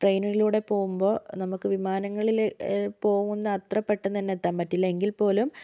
ട്രെയിനിലൂടെ പോകുമ്പോൾ നമുക്ക് വിമാനങ്ങളിൽ പോകുന്ന അത്ര പെട്ടന്ന് തന്നെ എത്താൻ പറ്റില്ല എങ്കിൽ പോലും